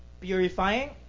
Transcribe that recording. purifying